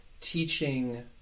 teaching